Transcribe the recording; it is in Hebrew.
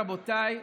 רבותיי,